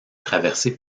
traversé